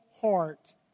heart